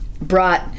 brought